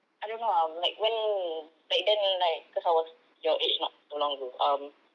I don't know ah like when back then like cause I was your age not so long ago um